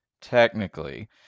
technically